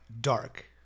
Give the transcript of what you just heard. dark